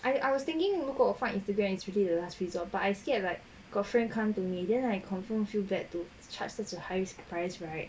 I was thinking 如果 find Instagram is really the last resort but I scared like got friend come to me then I confirm feel bad to charge the highest price right